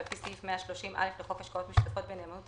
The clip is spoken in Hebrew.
ולפי סעיף 130א לחוק השקעות משותפות בנאמנות,